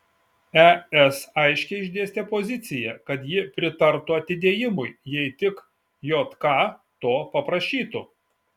es aiškiai išdėstė poziciją kad ji pritartų atidėjimui jei tik jk to paprašytų